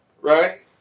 right